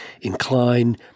incline